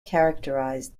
characterized